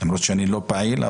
למרות שאני לא פעיל.